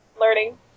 learning